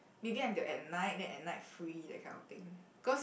maybe until at night then at night free that kind of thing cause